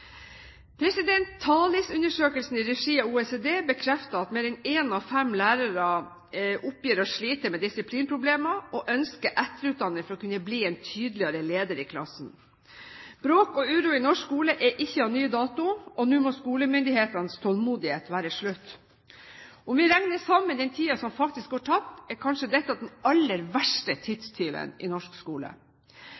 i regi av OECD bekrefter at mer enn én av fem lærere oppgir å slite med disiplinproblemer og ønsker etterutdanning for å kunne bli en tydeligere leder i klassen. Bråk og uro i norsk skole er ikke av ny dato, og nå må skolemyndighetenes tålmodighet være slutt. Om vi regner sammen den tiden som faktisk går tapt, er kanskje dette den aller verste